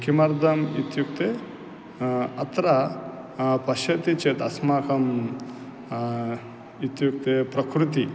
किमर्थम् इत्युक्ते अत्र पश्यति चेत् अस्माकम् इत्युक्ते प्रकृतिः